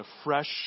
afresh